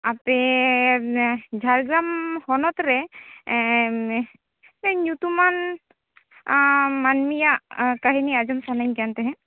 ᱟᱯᱮ ᱡᱷᱟᱲᱜᱨᱟᱢ ᱦᱚᱱᱚᱛ ᱨᱮ ᱧᱩᱛᱩᱢᱟᱱ ᱢᱟᱹᱱᱢᱤᱭᱟᱜ ᱠᱟᱹᱦᱱᱤ ᱟᱸᱡᱚᱢ ᱥᱟᱱᱟᱧ ᱠᱟᱱ ᱛᱟᱦᱮᱸᱫ